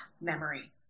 memory